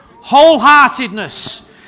wholeheartedness